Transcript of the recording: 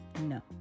No